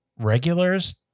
regulars